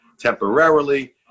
temporarily